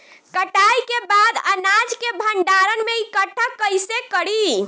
कटाई के बाद अनाज के भंडारण में इकठ्ठा कइसे करी?